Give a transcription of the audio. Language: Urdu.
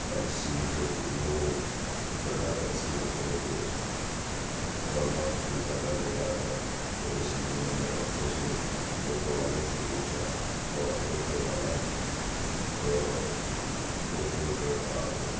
ٹیکسی جو تھی وہ زیادہ پیسے لگ رہے تھے اس میں اور وقت بھی زیادہ لے رہا تھا تو اس لیے میں نے آٹو سے آٹو والے سے پوچھا اور آٹو والا دو سو روپئے میں آ گیا